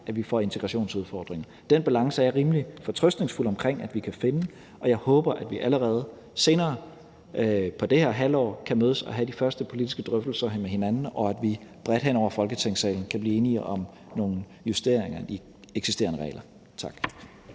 at vi får integrationsudfordringer. Den balance er jeg rimelig fortrøstningsfuld omkring at vi kan finde, og jeg håber, at vi allerede senere i dette halvår kan mødes og have de første politiske drøftelser med hinanden, og at vi bredt hen over Folketingssalen kan blive enige om nogle justeringer af de eksisterende regler. Tak.